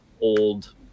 old